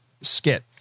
skit